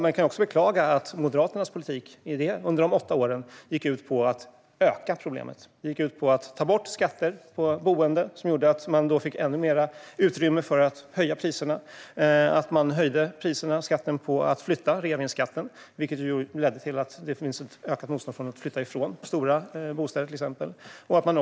Man kan också beklaga att Moderaternas politik under dessa åtta år gick ut på att öka problemet. Man tog bort skatter på boende, vilket gav ännu mer utrymme för att höja priserna. Man höjde skatten på att flytta, reavinstskatten, vilket ledde till ett ökat motstånd att flytta från till exempel stora bostäder.